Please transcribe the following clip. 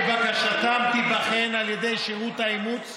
ובקשתם תיבחן על ידי שירות האימוץ.